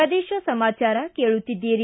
ಪ್ರದೇಶ ಸಮಾಚಾರ ಕೇಳುತ್ತಿದ್ದೀರಿ